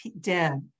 dead